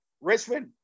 Richmond